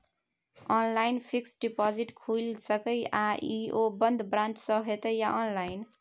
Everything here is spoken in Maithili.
ऑनलाइन फिक्स्ड डिपॉजिट खुईल सके इ आ ओ बन्द ब्रांच स होतै या ऑनलाइन?